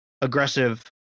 aggressive